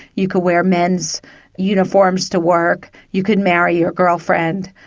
you could wear men's uniforms to work, you could marry your girlfriend,